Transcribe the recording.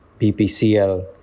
BPCL